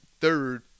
third